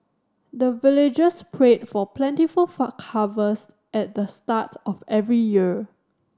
the villagers pray for plentiful harvest at the start of every year